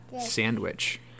sandwich